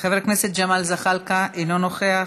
חבר הכנסת ג'מאל זחאלקה, אינו נוכח.